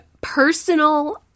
personal